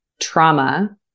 trauma